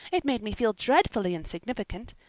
it made me feel dreadfully insignificant.